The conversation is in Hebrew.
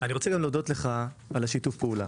אני רוצה גם להודות לך על שיתוף פעולה.